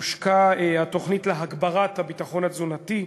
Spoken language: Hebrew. הושקה התוכנית להגברת הביטחון התזונתי,